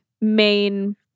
main